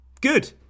Good